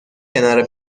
کنار